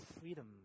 freedom